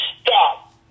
stop